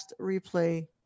replay